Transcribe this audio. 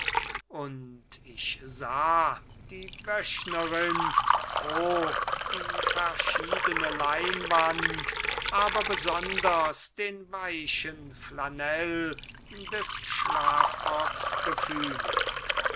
und ich sah die wöchnerin froh die verschiedene leinwand aber besonders den weichen flanell des schlafrocks befühlen